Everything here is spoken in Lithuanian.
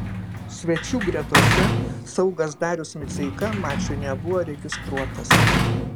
svečių gretose saugas darius miceika mačui nebuvo registruotas